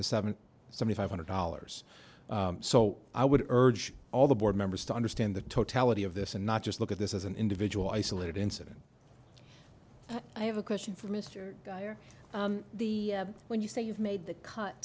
to seven seven five hundred dollars so i would urge all the board members to understand the totality of this and not just look at this as an individual isolated incident i have a question for mister the when you say you've made the cut